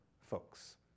folks